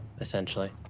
Essentially